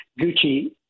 Gucci